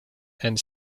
and